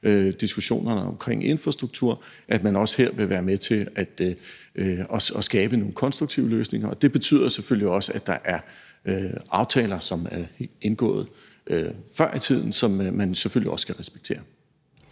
diskussionerne om infrastruktur, og at man også her vil være med til at skabe nogle konstruktive løsninger. Det betyder selvfølgelig også, at der er aftaler, som er indgået før i tiden, som man selvfølgelig også skal respektere.